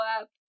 up